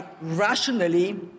rationally